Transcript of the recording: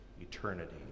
eternity